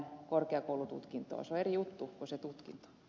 se on eri juttu kuin se tutkinto